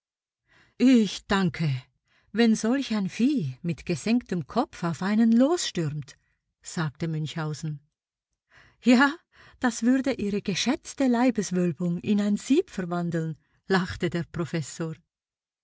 ich danke wenn solch ein vieh mit gesenktem kopf auf einen losstürmt sagte münchhausen ja das würde ihre geschätzte leibeswölbung in ein sieb verwandeln lachte der professor